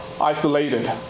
isolated